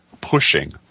pushing